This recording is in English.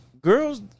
girls